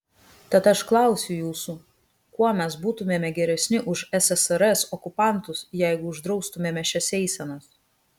tad aš klausiu jūsų kuo mes būtumėme geresni už ssrs okupantus jeigu uždraustumėme šias eisenas